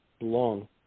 long